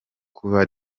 kuba